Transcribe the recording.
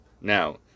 Now